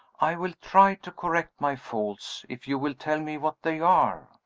i will try to correct my faults, if you will tell me what they are.